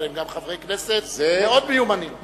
אבל הם גם חברי כנסת מיומנים מאוד.